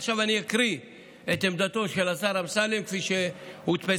עכשיו אני אקריא את עמדתו של השר אמסלם כפי שהודפסה,